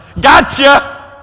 gotcha